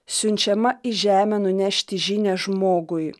siunčiama į žemę nunešti žinią žmogui